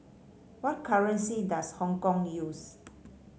what currency does Hong Kong use